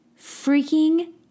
Freaking